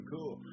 Cool